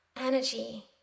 energy